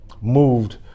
moved